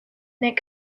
knit